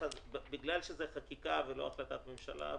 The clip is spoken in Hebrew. בגלל שזה חקיקה ולא החלטת ממשלה,